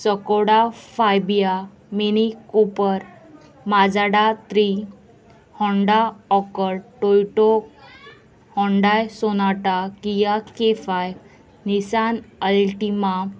Skoda Fabia Mini Cooper Mazda three Honda Accord Toyota Hyundai Sonata Kia के फाय Nissan Ultima